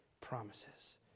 promises